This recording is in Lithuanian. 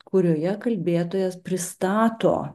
kurioje kalbėtojas pristato